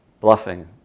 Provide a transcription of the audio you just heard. bluffing